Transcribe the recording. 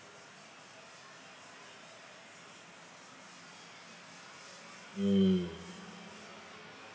mm